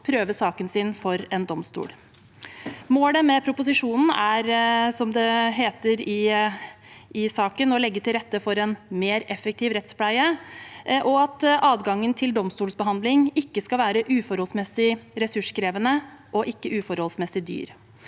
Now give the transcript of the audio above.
prøve saken sin for en domstol. Målet med proposisjonen er, som det heter i saken, å legge til rette for en mer effektiv rettspleie, og at adgangen til domstolsbehandling ikke skal være uforholdsmessig ressurskrevende og ikke uforholdsmessig dyr.